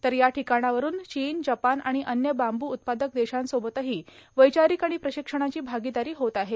तर याठिकाणावरुन चीनए जपान आणि अन्य बांबू उत्पादक देशांसोबतही वैचारिक आणि प्रशिक्षणाची आगीदारी होत आहे